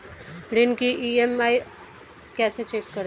ऋण की ई.एम.आई कैसे चेक करें?